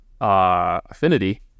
Affinity